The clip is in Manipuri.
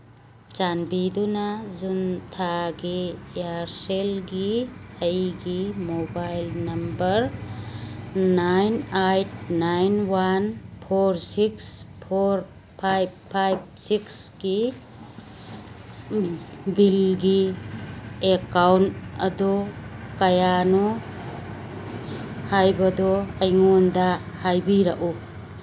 ꯆꯥꯟꯕꯤꯗꯨꯅ ꯖꯨꯟ ꯊꯥꯒꯤ ꯏꯌꯥꯔꯁꯦꯜꯒꯤ ꯑꯩꯒꯤ mobile number nine eight nine one four six four five five ꯁꯤꯛꯁꯀꯤ ꯕꯤꯜꯒꯤ ꯑꯦꯀꯥꯎꯟ ꯑꯗꯣ ꯀꯌꯥꯅꯣ ꯍꯥꯏꯕꯗꯣ ꯑꯩꯉꯣꯟꯗ ꯍꯥꯏꯕꯤꯔꯛꯎ